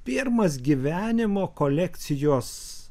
pirmas gyvenimo kolekcijos